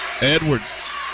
Edwards